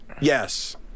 yes